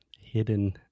hidden